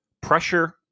pressure